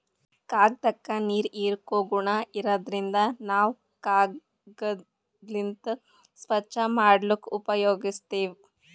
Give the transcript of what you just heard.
ಕಾಗ್ದಾಕ್ಕ ನೀರ್ ಹೀರ್ಕೋ ಗುಣಾ ಇರಾದ್ರಿನ್ದ ನಾವ್ ಕಾಗದ್ಲಿಂತ್ ಸ್ವಚ್ಚ್ ಮಾಡ್ಲಕ್ನು ಉಪಯೋಗಸ್ತೀವ್